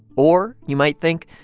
or you might think,